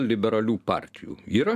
liberalių partijų yra